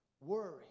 worry